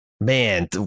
Man